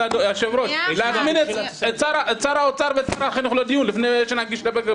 הישיבה ננעלה בשעה 12:01.